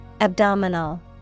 Abdominal